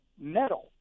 metal